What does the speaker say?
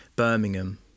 Birmingham